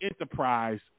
enterprise